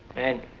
and,